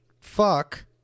fuck